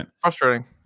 frustrating